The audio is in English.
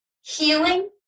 healing